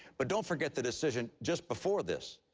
but don't forget the decision just before this,